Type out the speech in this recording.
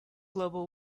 global